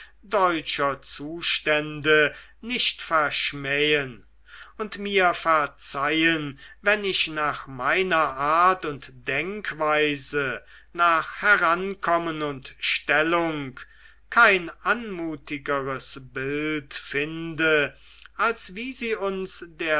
deutscher zustände nicht verschmähen und mir verzeihen wenn ich nach meiner art und denkweise nach herankommen und stellung kein anmutigeres bild finde als wie sie uns